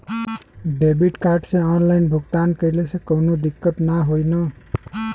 Debit card से online भुगतान कइले से काउनो दिक्कत ना होई न?